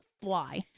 fly